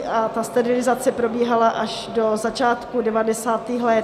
Ta sterilizace probíhala až do začátku devadesátých let.